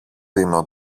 δίνω